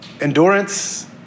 Endurance